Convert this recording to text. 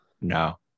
No